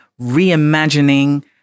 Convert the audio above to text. reimagining